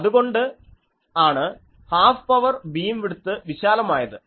അതുകൊണ്ടാണ് half power beam width വിശാലമായത്